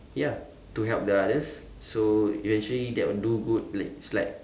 ya to help the others so eventually that would do good like it's like